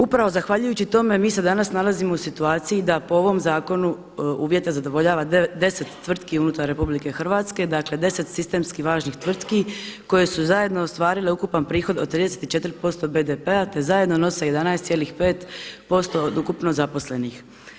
Upravo zahvaljujući tome mi se danas nalazimo u situaciji da po ovom zakonu uvjete zadovoljava 10 tvrtki unutar Republike Hrvatske, dakle 10 sistemski važnih tvrtki koje su zajedno ostvarile ukupan prihod od 34% BDP-a, te zajedno nose 11,5% od ukupno zaposlenih.